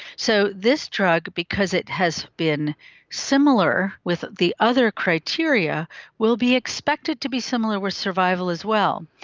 so this drug because it has been similar with the other criteria will be expected to be similar with survival as well.